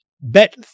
Bet